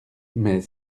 mais